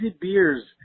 beers